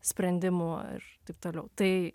sprendimų ir taip toliau tai